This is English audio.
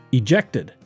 ejected